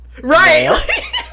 Right